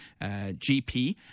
GP